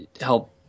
help